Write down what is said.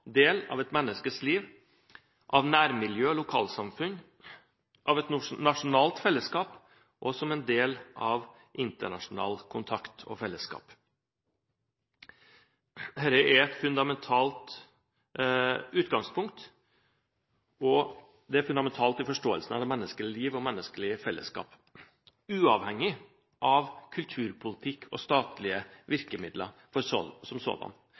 del av et menneskes liv, av nærmiljø og lokalsamfunn, av et nasjonalt fellesskap – og del av internasjonal kontakt og fellesskap. Dette er et fundamentalt utgangspunkt, og det er fundamentalt i forståelsen av det menneskelige liv og menneskelig fellesskap – uavhengig av kulturpolitikk og statlige virkemidler som sådan.